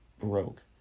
broke